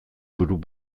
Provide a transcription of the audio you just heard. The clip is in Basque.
buru